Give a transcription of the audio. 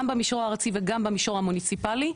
גם במישור הארצי וגם במישור המוניציפאלי,